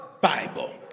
bible